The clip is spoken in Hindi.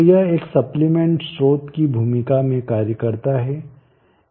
तो यह एक सप्लीमेंट स्रोत की भूमिका में कार्य करता है